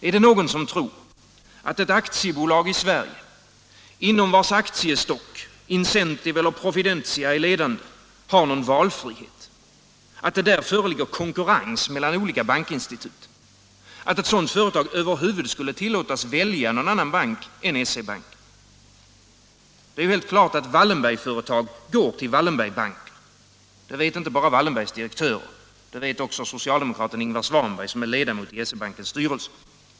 Är det någon som tror, att ett aktiebolag i Sverige, inom vars aktiestock Incentive eller Providentia är ledande, har någon valfrihet? Att det därför föreligger konkurrens mellan olika bankinstitut? Att ett sådant företag över huvud skulle tillåtas välja någon annan bank än SE-banken? Det är ju helt klart att Wallenbergföretag går till Wallenbergbanker. Det vet inte bara Wallenbergs direktörer, det vet också socialdemokraten Ingvar Svanberg, som är ledamot i SE-bankens styrelse.